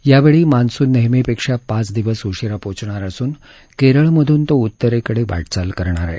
यावेळी मॉन्सून नेहमीपेक्षा पाच दिवस उशीरा पोचणार असून केरळमधून तो उत्तरेकडे वाटचाल करेल